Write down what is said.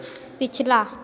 पिछला